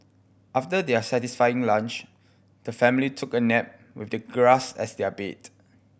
after their satisfying lunch the family took a nap with the grass as their bed